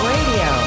Radio